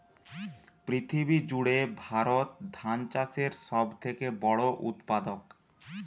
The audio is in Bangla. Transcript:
পৃথিবী জুড়ে ভারত ধান চাষের সব থেকে বড় উৎপাদক